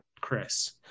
Chris